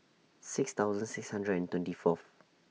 six thousand six hundred and twenty Fourth